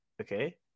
okay